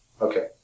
Okay